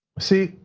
see,